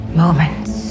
moments